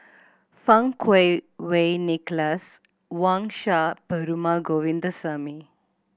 Fang Kuo Wei Nicholas Wang Sha Perumal Govindaswamy